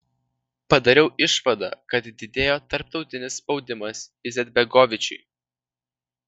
padariau išvadą kad didėjo tarptautinis spaudimas izetbegovičiui